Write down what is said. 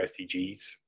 SDGs